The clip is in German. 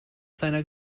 seiner